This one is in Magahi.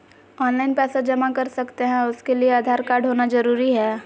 ऑनलाइन पैसा जमा कर सकते हैं उसके लिए आधार कार्ड होना जरूरी है?